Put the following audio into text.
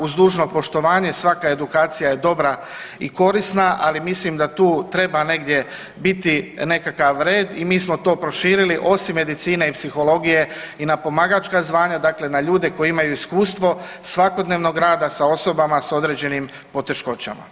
Uz dužno poštovanje svaka edukacija je dobra i korisna, ali mislim da tu treba negdje biti nekakav red i mi smo to proširili osim medicine i psihologije i na pomagačka zvanja, dakle na ljude koji imaju iskustvo svakodnevnog rada s osobama s određenim poteškoćama.